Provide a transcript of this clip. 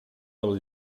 del